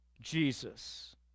Jesus